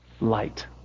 light